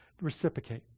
reciprocate